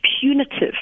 punitive